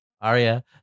aria